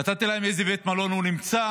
אמרתי להם באיזה בית מלון הוא נמצא,